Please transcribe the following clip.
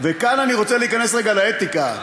וכאן אני רוצה להיכנס רגע לאתיקה.